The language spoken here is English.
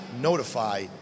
notify